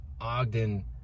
Ogden